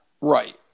Right